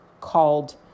called